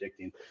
addicting